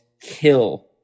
kill